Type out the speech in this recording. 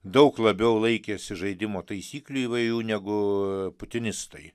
daug labiau laikėsi žaidimo taisyklių įvairių negu putinistai